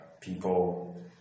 people